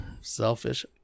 selfish